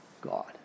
God